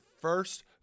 first